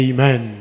Amen